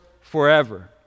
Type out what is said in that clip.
forever